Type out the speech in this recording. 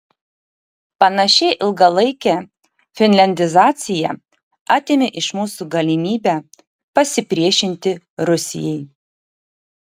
panašiai ilgalaikė finliandizacija atėmė iš mūsų galimybę pasipriešinti rusijai